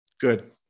Good